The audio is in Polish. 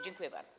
Dziękuję bardzo.